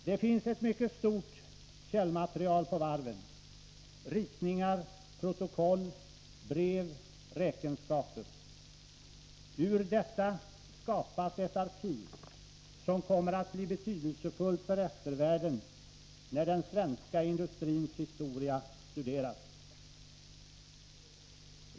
Det finns ett mycket stort källmaterial på varven — ritningar, protokoll, brev, räkenskaper. Ur detta skapas ett arkiv, som kommer att bli betydelsefullt för eftervärlden när den svenska industrins historia studeras.